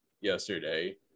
yesterday